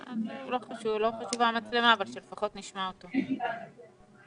רוצה כרגע להציף את בעיות ענף האירועים כי אלה בעיות מאוד קשות.